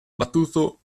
battuto